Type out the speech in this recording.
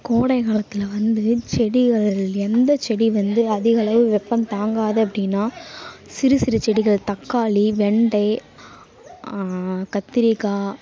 கோடைக்காலத்தில் வந்து செடிகள் எந்த செடி வந்து அதிகளவு வெப்பம் தாங்காது அப்படீன்னா சிறு சிறு செடிகள் தக்காளி வெண்டை கத்தரிக்கா